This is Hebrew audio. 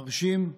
מרשים,